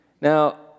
Now